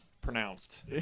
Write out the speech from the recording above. pronounced